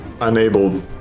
unable